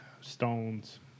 stones